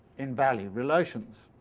in value-relations.